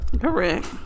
correct